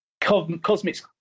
Cosmic's